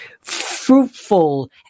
fruitful